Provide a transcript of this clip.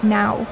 now